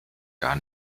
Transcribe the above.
gar